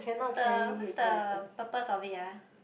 what's the what's the purpose of it ah